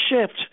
shift